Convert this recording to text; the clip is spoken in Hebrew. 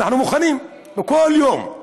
אנחנו מוכנים בכל יום.